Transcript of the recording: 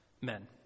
men